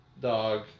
dog